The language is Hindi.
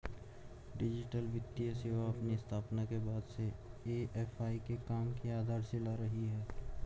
डिजिटल वित्तीय सेवा अपनी स्थापना के बाद से ए.एफ.आई के काम की आधारशिला रही है